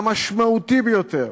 המשמעותי ביותר,